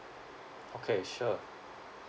okay sure